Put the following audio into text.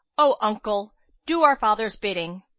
o uncle, do our father's bidding.